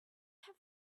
have